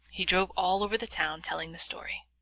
he drove all over the town telling the story.